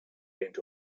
went